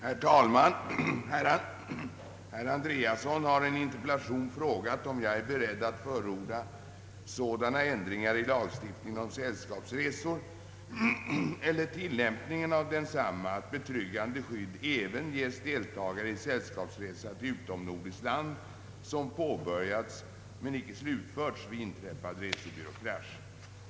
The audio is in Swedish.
Herr talman! Herr Andreasson har i en interpellation frågat, om jag är beredd att förorda sådana ändringar i lagstiftningen om sällskapsresor eller tillämpningen av densamma att betryggande skydd även ges deltagare i sällskapsresa till utomnordiskt land, som påbörjats men inte slutförts vid inträffad resebyråkrasch.